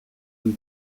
une